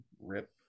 rip